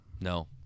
No